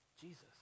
Jesus